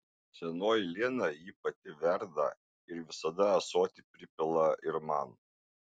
senoji lena jį pati verda ir visada ąsotį pripila ir man